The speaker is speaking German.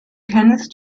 kenneth